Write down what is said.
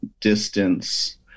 distance